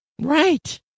Right